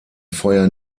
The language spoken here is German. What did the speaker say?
feuer